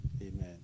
Amen